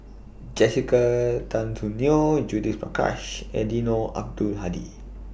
Jessica Tan Soon Neo Judith Prakash Eddino Abdul Hadi